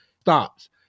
stops